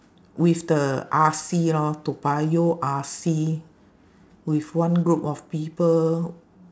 with the R_C lor toa payoh R_C with one group of people